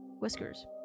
Whiskers